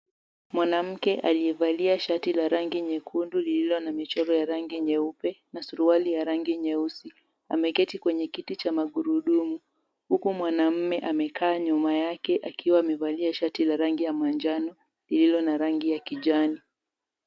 Mwanamke aliyevalia shati la rangi nyekundu lililo na michoro ya rangi nyeupe na suruali ya rangi nyeusi, ameketi kwenye kiti cha magurudumu, huku mwanaume amekaa nyuma yake akiwa amevalia shati la rangi ya manjano lililo na rangi ya kijani.